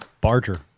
Barger